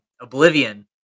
Oblivion